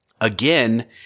Again